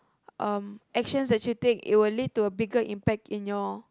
um actions that you'll take it will lead to a bigger impact in your